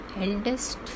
eldest